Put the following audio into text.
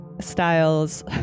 styles